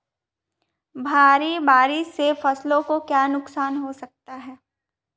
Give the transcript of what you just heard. भारी बारिश से फसलों को क्या नुकसान हो सकता है?